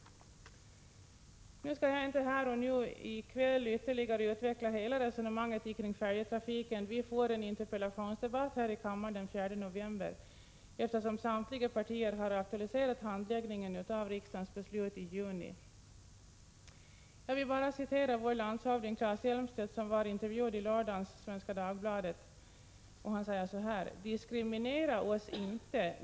Nu skall jag inte här i kväll ytterligare utveckla hela resonemanget kring färjetrafiken. Vi får en interpellationsdebatt här i kammaren den 4 november, eftersom samtliga partier har aktualiserat handläggningen av riksdagens beslut i juni. Jag vill bara citera vår landshövding Claes Elmstedt, som var intervjuad i lördagens Svenska Dagbladet: ”Diskriminera oss inte!